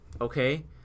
okay